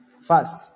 first